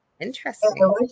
Interesting